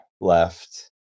left